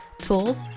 tools